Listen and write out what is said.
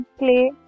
clay